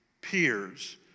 peers